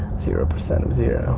zero percent of zero